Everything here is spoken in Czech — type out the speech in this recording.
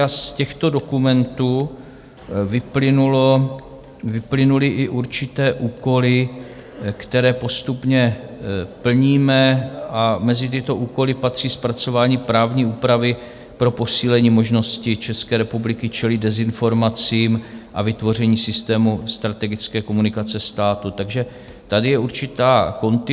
Z těchto dokumentů vyplynuly i určité úkoly, které postupně plníme a mezi tyto úkoly patří zpracování právní úpravy pro posílení možnosti České republiky čelit dezinformacím a vytvoření systému strategické komunikace státu, takže tady je určitá kontinuita.